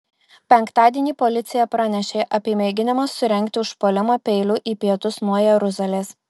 penktadienį policija pranešė apie mėginimą surengti užpuolimą peiliu į pietus nuo jeruzalės